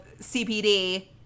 CPD